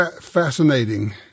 Fascinating